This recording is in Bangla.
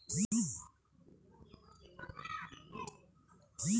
ড্রিপ সেচ মেশিন কোথায় কিনতে পাওয়া যায় দাম কত?